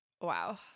Wow